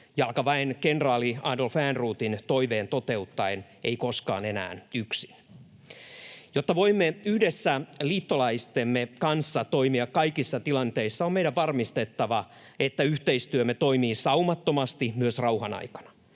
jalkaväenkenraali Adolf Ehrnroothin toiveen toteuttaen: ”Ei koskaan enää yksin”. Jotta voimme yhdessä liittolaistemme kanssa toimia kaikissa tilanteissa, on meidän varmistettava, että yhteistyömme toimii saumattomasti myös rauhanaikana.